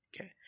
Okay